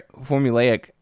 formulaic